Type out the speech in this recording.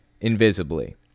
invisibly